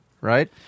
right